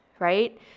Right